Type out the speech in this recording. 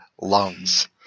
lungs